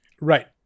Right